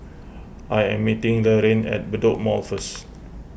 I am meeting Laraine at Bedok Mall first